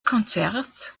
konzert